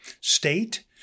state